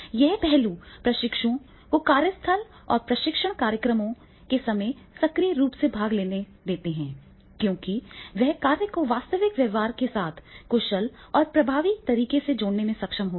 ये पहलू प्रशिक्षु को कार्यस्थल और प्रशिक्षण कार्यक्रमों के समय सक्रिय रूप से भाग लेने देते हैं क्योंकि वे कार्य को वास्तविक व्यवहार के साथ कुशल और प्रभावी तरीके से जोड़ने में सक्षम होते हैं